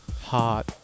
Hot